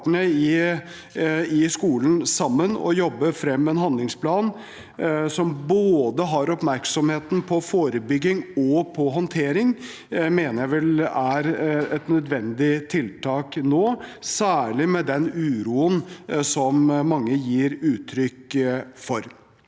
i skolen sammen og jobbe frem en handlingsplan med oppmerksomhet på både forebygging og håndtering mener jeg vel er et nødvendig tiltak nå, særlig med den uroen som mange gir uttrykk for.